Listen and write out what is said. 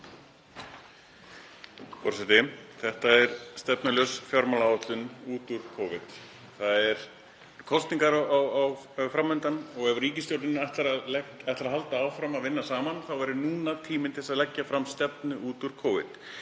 Þetta er stefnulaus fjármálaáætlun út úr Covid. Kosningar eru fram undan og ef ríkisstjórnin ætlar að halda áfram að vinna saman þá væri núna tíminn til þess að leggja fram stefnu út úr Covid.